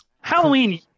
Halloween